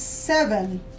Seven